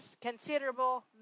considerable